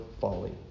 folly